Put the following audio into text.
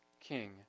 king